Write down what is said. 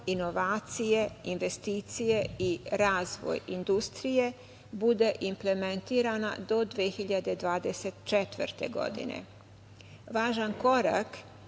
inovacije, investicije i razvoj industrije, bude implementirana do 2024. godine. Važan korak